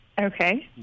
Okay